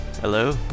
Hello